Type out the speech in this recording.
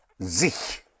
sich